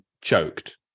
choked